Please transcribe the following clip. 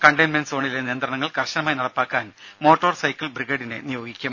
containment സോണിലെ നിയന്ത്രണങ്ങൾ കർശനമായി നടപ്പാക്കാൻ മോട്ടോർ സൈക്കിൾ ബ്രിഗേഡിനെ നിയോഗിക്കും